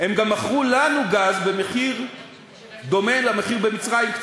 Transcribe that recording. הם גם מכרו לנו גז במחיר דומה למחיר במצרים,